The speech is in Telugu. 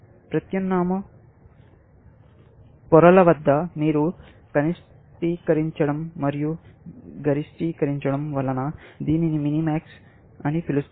ప్రత్యామ్నాయ పొరల వద్ద మీరు కనిష్టీకరించడం మరియు గరిష్టీకరించడం వలన దీనిని మినిమాక్స్ అని పిలుస్తారు